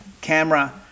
camera